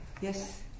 Yes